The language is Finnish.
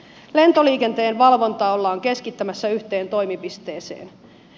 lentoliikenteen valvontaa ollaan keskittämässä yhteen toimipisteeseen